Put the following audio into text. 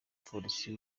polisi